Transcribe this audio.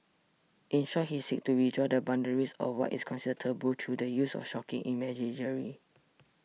in short he seeks to redraw the boundaries of what is considered 'taboo' through the use of 'shocking' imagery